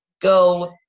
go